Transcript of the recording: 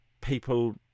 people